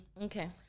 Okay